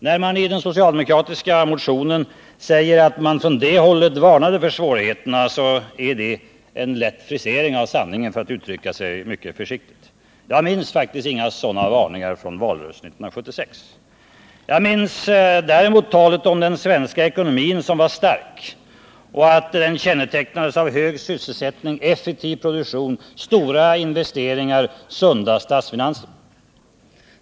När man i den socialdemokratiska motionen säger att man från det hållet varnade för svårigheterna, så är det en lätt frisering av sanningen, för att uttrycka sig mycket försiktigt. Jag minns faktiskt inga sådana varningar från valrörelsen 1976. Däremot minns jag talet om att den svenska ekonomin var stark och kännetecknades av ”hög sysselsättning, effektiv produktion, stora investeringar, sunda statsfinanser”.